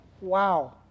Wow